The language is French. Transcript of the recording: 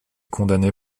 condamnée